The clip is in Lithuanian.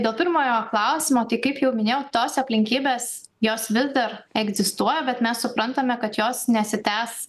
dėl pirmojo klausimo tai kaip jau minėjau tos aplinkybės jos vis dar egzistuoja bet mes suprantame kad jos nesitęs